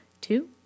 two